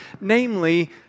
namely